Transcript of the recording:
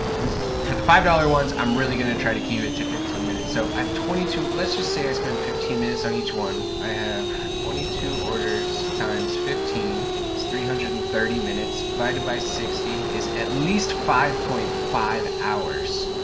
um for the five dollar ones i'm really gonna try to keep it to fifteen minutes. so i have twenty two, let's just say i spend fifteen minutes on each one. i have twenty two orders times fifteen is three hundred and thirty minutes divided by sixty is at least five point five hours.